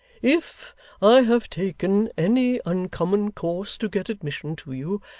if i have taken any uncommon course to get admission to you,